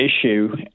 issue